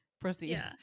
Proceed